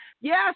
Yes